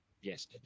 Yes